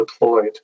deployed